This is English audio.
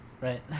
Right